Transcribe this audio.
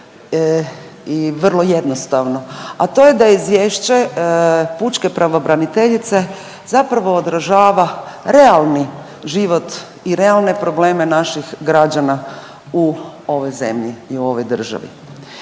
i vrlo jednostavno, a to je da izvješće pučke pravobraniteljice zapravo održava realni život i realne probleme naših građana u ovoj zemlji i ovoj državi.